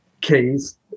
case